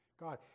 god